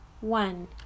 One